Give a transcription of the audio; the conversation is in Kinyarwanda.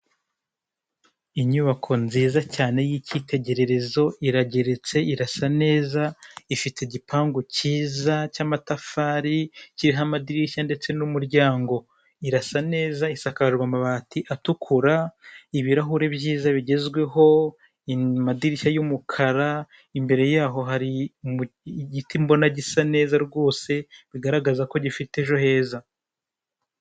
Inyubako nziza cyane y'ikitegererezo, irageretse, isa neza, ifite igipangu cyiza cy'amatafari, kiriho amadirishya ndetse n'umuryango, irasaneza isakaje amabati atukura, ibirahure byiza bigezweho, amadirishya y'umukara, imbere yaho hari igiti mbona gisa neza rwose bigaragaza ko gifite ejo heza.